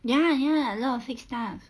ya ya a lot of fake stuff